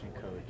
coach